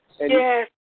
Yes